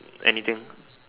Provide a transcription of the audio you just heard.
anything